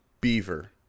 beaver